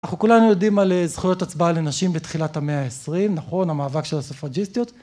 אנחנו כולנו יודעים על זכויות הצבעה לנשים בתחילת המאה העשרים, נכון, המאבק של הסופג'יסטיות